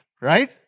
right